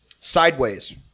Sideways